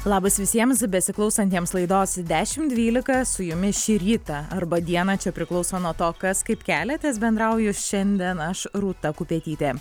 labas visiems besiklausantiems laidos dešimt dvylika su jumis šį rytą arba dieną čia priklauso nuo to kas kaip keliatės bendrauju šiandien aš rūta kupetytė